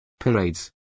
parades